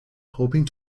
hoping